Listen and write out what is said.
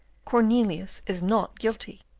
cornelius is not guilty.